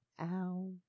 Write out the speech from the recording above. Ow